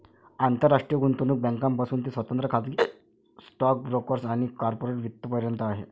आंतरराष्ट्रीय गुंतवणूक बँकांपासून ते स्वतंत्र खाजगी स्टॉक ब्रोकर्स आणि कॉर्पोरेट वित्त पर्यंत आहे